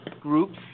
groups